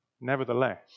Nevertheless